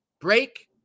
break